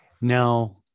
Now